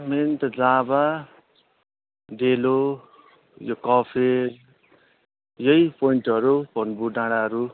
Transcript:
main त लाभा डेलो यो कफेर यही पोइन्टहरू पन्बु डाँडाहरू